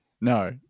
No